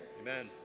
Amen